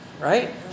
right